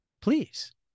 Please